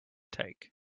take